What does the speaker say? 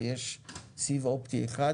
ויש סיב אופטי אחד,